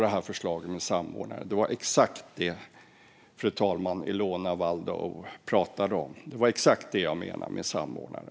Det förslag som Ilona Szatmari Waldau pratade om var exakt det som jag menade när jag pratade om samordnare.